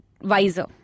wiser